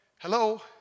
Hello